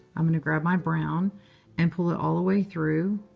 i'm going to grab my brown and pull it all the way through.